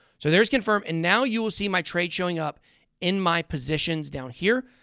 so there's confirm and now you will see my trade showing up in my positions down here.